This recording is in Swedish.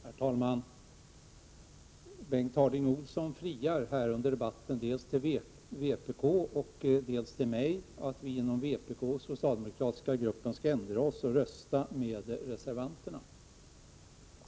Herr talman! Bengt Harding Olson friar under debatten dels till vpk, dels till mig, att vpk och vi i den socialdemokratiska gruppen skall ändra oss och rösta med reservanterna.